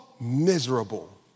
miserable